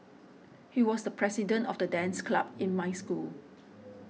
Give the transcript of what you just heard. he was the president of the dance club in my school